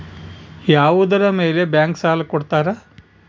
ಯಾವುದರ ಮೇಲೆ ಬ್ಯಾಂಕ್ ಸಾಲ ಕೊಡ್ತಾರ?